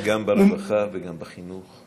גם ברווחה וגם בחינוך.